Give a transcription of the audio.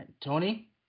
Tony